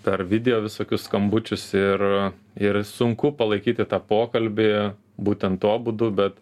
per video visokius skambučius ir ir sunku palaikyti tą pokalbį būtent tuo būdu bet